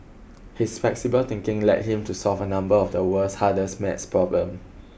his flexible thinking led him to solve a number of the world's hardest maths problem